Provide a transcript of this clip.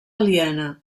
aliena